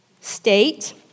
state